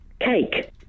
Cake